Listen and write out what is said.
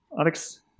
Alex